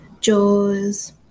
Jaws